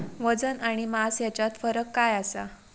वजन आणि मास हेच्यात फरक काय आसा?